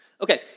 Okay